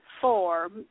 four